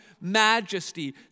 majesty